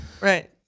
Right